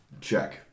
check